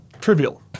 trivial